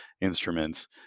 instruments